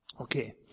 Okay